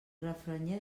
refranyer